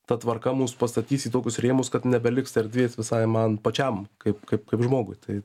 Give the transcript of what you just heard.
ta tvarka mus pastatys į tokius rėmus kad nebeliks erdvės visai man pačiam kaip kaip kaip žmogui tai